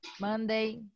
Monday